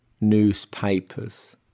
newspapers